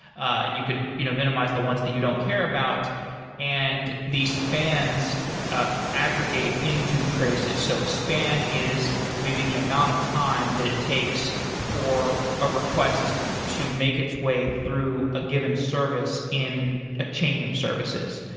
and you could you know minimize the ones that you don't care about and the spans aggregate into traces. so span is maybe the amount of time that it takes for a request to make its way through a given service in a chain of services.